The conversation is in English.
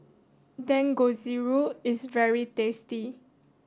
Dangojiru is very tasty